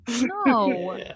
No